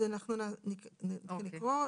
אנחנו נתחיל לקרוא.